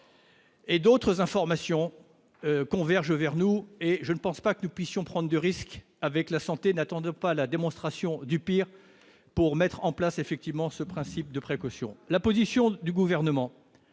». D'autres informations convergent vers nous et je ne pense pas que nous puissions prendre de risque avec la santé. N'attendons pas la démonstration du pire pour mettre effectivement en oeuvre le principe de précaution. La position du Gouvernement